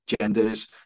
genders